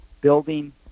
building